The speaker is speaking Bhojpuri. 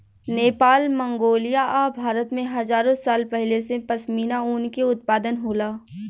नेपाल, मंगोलिया आ भारत में हजारो साल पहिले से पश्मीना ऊन के उत्पादन होला